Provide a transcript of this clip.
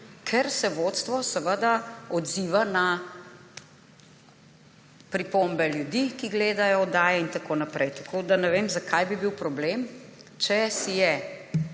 ker se vodstvo seveda odziva na pripombe ljudi, ki gledajo oddaje in tako naprej. Tako da ne vem, zakaj bi bil problem, če si je